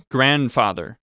Grandfather